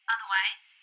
Otherwise